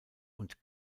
und